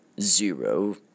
zero